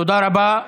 תודה רבה.